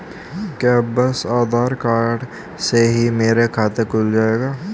क्या बस आधार कार्ड से ही मेरा खाता खुल जाएगा?